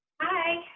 Hi